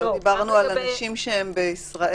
לא דיברנו על אנשים בישראל.